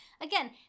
Again